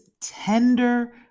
tender